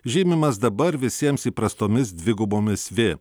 žymimas dabar visiems įprastomis dvigubomis vė